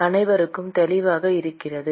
அனைவருக்கும் தெளிவாக இருக்கிறதா